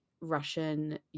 Russian